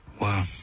Wow